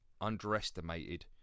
Underestimated